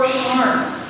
harms